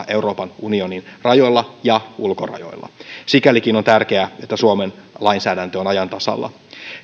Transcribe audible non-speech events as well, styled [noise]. [unintelligible] euroopan unionin rajoilla ja ulkorajoilla sikälikin on tärkeää että suomen lainsäädäntö on ajan tasalla